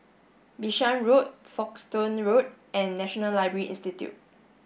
Bishan Road Folkestone Road and National Library Institute